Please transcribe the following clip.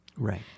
Right